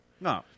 No